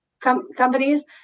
companies